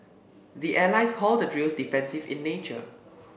the allies call the drills defensive in nature